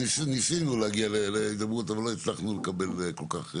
ניסינו להגיע להידברות עם כיבוי אש ולא כל כך הצלחנו לקבל מענה,